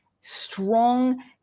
strong